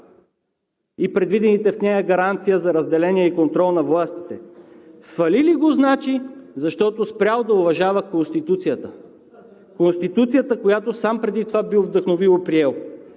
и предвидените в нея гаранции за разделение и контрол на властите. Значи го свалили, защото спрял да уважава Конституцията – Конституцията, която преди това сам е бил вдъхновил и приел.